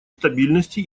стабильности